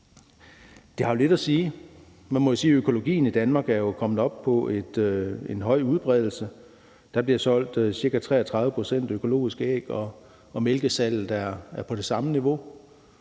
Det har lidt at sige. Man må jo sige, at økologien I Danmark jo er kommet op på at have en høj udbredelse. Der bliver solgt 33 pct. økologiske æg, og for mælk er tallet på det samme niveau.